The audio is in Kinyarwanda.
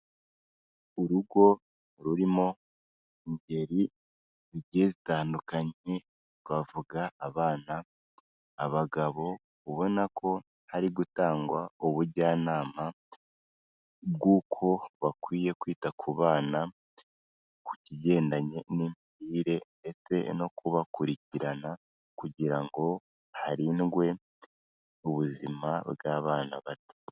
Urugo rurimo ingeri zitandukanye, twavuga abana, abagabo, ubona ko hari gutangwa ubujyanama bw'uko bakwiye kwita ku bana ku kigendanye n'imirire ndetse no kubakurikirana kugira ngo harindwe ubuzima bw'abana bato.